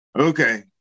okay